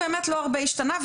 לא הרבה השתנה,